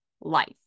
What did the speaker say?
life